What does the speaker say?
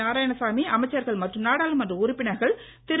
நாராயணசாமி அமைச்சர்கள் மற்றும் நாடாளுமன்ற உறுப்பினர்கள் திரு